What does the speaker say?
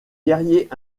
guerriers